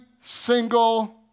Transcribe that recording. single